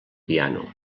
piano